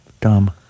dumb